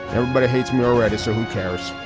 everybody hates me already so who cares?